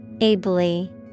Ably